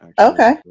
Okay